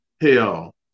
hell